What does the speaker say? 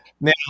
Now